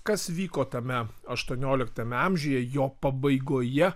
kas vyko tame aštuonioliktame amžiuje jo pabaigoje